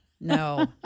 No